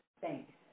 thanks